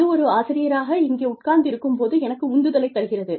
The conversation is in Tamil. அது ஒரு ஆசிரியராக இங்கே உட்கார்ந்து இருக்கும் போது எனக்கு உந்துதலைத் தருகிறது